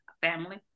family